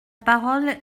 parole